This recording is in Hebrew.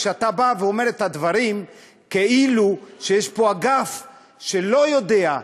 כשאתה בא ואומר את הדברים כאילו שיש פה אגף שלא יודע,